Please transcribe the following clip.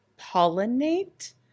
pollinate